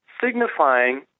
signifying